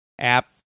app